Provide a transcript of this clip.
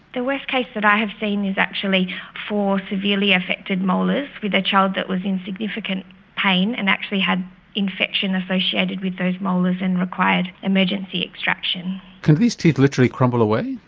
the worst case that i have seen is actually four severely affected molars with a child that was in significant pain and actually had infection associated with those molars and required emergency extraction. can these teeth literally crumble away?